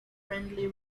friendly